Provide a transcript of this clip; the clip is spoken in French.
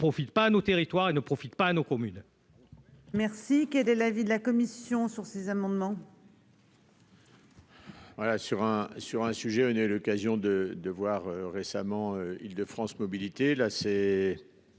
profite pas à nos territoires et ne profite pas à nos communes.--